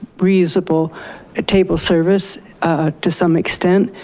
reusable ah table service to some extent.